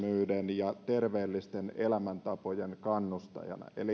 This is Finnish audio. ja terveellisten elämäntapojen kannustajana eli vähän